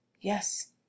yes